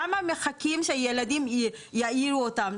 למה מחכים שילדים יעירו אותם?